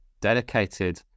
dedicated